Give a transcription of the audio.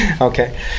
Okay